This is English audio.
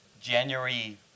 January